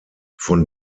von